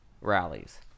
rallies